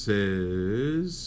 Says